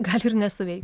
gali ir nesuveikt